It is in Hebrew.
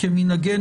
כמנהגנו,